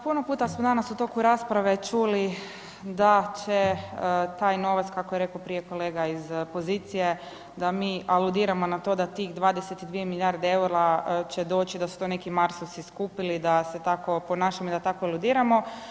Puno puta smo danas u toku rasprave čuli da će taj novac kako je rekao prije kolega iz pozicije, da mi aludiramo na to da tih 22 milijarde će doći, da su to neki marsovci skupili, da se tako ponašamo i da tako aludiramo.